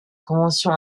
convention